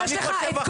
אני אמשיך.